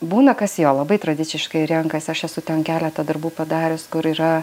būna kas jo labai tradiciškai renkasi aš esu ten keletą darbų padarius kur yra